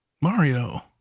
Mario